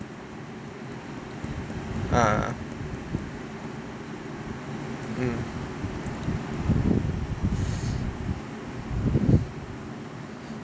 ah mm